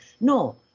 no